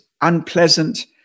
unpleasant